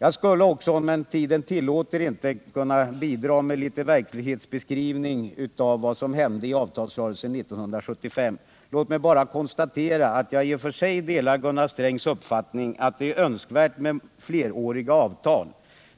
Jag skulle också, men tiden tillåter det inte, kunna bidra med en verklighetsbeskrivning av vad som hände i avtalsrörelsen 1975. Låt mig bara konstatera att jag i och för sig delar Gunnar Strängs uppfattning att det är önskvärt med fleråriga avtal.